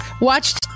watched